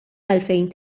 għalfejn